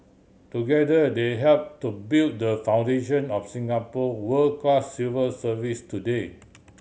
together they help to build the foundation of Singapore world class civil service today